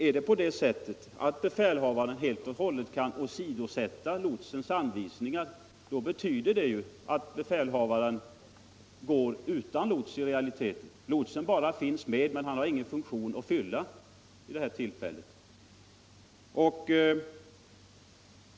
Är det på det sättet att befälhavaren helt och hållet kan åsidosätta lotsens anvisningar, betyder det ju att fartyget i realiteten går utan lots — lotsen finns med men har ingen funktion att fylla.